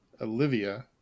olivia